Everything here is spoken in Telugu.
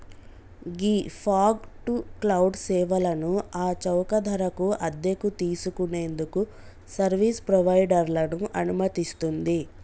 గీ ఫాగ్ టు క్లౌడ్ సేవలను ఆ చౌక ధరకు అద్దెకు తీసుకు నేందుకు సర్వీస్ ప్రొవైడర్లను అనుమతిస్తుంది